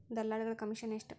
ದಲ್ಲಾಳಿಗಳ ಕಮಿಷನ್ ಎಷ್ಟು?